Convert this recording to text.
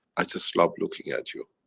i just love looking at you?